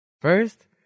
First